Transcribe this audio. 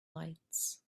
lights